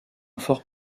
fort